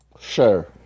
sure